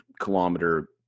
kilometer